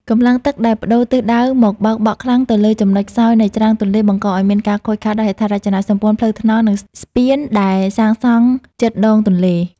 កម្លាំងទឹកដែលប្តូរទិសដៅនឹងបោកបក់ខ្លាំងទៅលើចំណុចខ្សោយនៃច្រាំងទន្លេ បង្កឱ្យមានការខូចខាតដល់ហេដ្ឋារចនាសម្ព័ន្ធផ្លូវថ្នល់ និងស្ពានដែលបានសាងសង់ជិតដងទន្លេ។